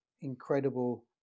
incredible